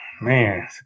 man